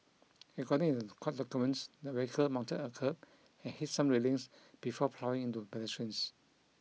according to court documents the vehicle mounted a kerb and hit some railings before ploughing into pedestrians